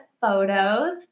photos